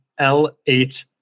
L8